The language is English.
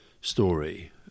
story